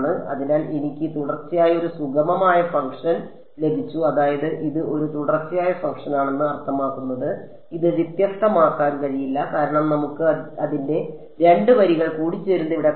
അതിനാൽ എനിക്ക് തുടർച്ചയായ ഒരു സുഗമമായ ഫംഗ്ഷൻ ലഭിച്ചു അതായത് ഇത് ഒരു തുടർച്ചയായ ഫംഗ്ഷൻ ആണെന്ന് അർത്ഥമാക്കുന്നത് ഇത് വ്യത്യസ്തമാക്കാൻ കഴിയില്ല കാരണം നമുക്ക് അതിന്റെ 2 വരികൾ കൂടിച്ചേരുന്നത് ഇവിടെ കാണാം